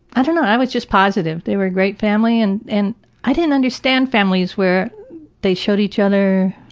i don't know, i was just positive. they were a great family and and i didn't understand families where they showed each other